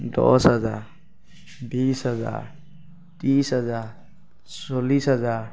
দহ হাজাৰ বিছ হাজাৰ ত্ৰিছ হাজাৰ চল্লিছ হাজাৰ